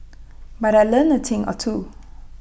but I learnt A thing or two